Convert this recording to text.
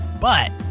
but-